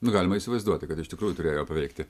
galima įsivaizduoti kad iš tikrųjų turėjo paveikti